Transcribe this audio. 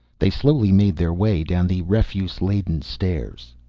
they slowly made their way down the refuse-laden stairs.